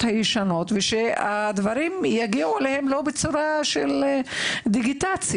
הישנים ושהדברים לא יגיעו אליהם בצורה של דיגיטציה,